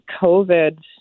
COVID